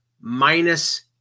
minus